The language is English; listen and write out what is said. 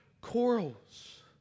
corals